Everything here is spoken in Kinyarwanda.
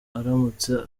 aramutse